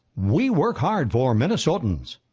we work hard for minnesotans